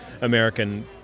American